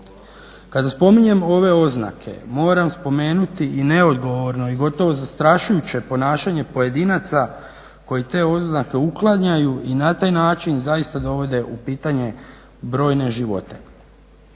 Kada spominjemo ove oznake moram spomenuti i neodgovorno i gotovo zastrašujuće ponašanje pojedinca koji te oznake uklanjaju i na taj način zaista dovode u pitanje brojne živote.